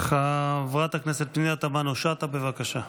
חברת הכנסת פנינה תמנו שטה, בבקשה.